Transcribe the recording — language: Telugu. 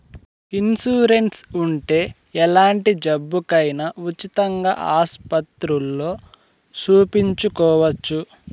ఇన్సూరెన్స్ ఉంటే ఎలాంటి జబ్బుకైనా ఉచితంగా ఆస్పత్రుల్లో సూపించుకోవచ్చు